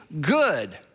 good